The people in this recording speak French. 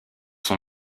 son